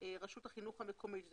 רשות החינוך המקומית שזו